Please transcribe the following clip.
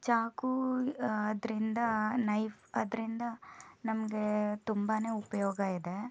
ಚಾಕು ಅದರಿಂದ ನೈಫ್ ಅದರಿಂದ ನಮಗೆ ತುಂಬಾನೆ ಉಪಯೋಗ ಇದೆ